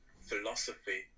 philosophy